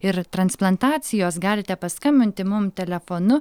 ir transplantacijos galite paskambinti mum telefonu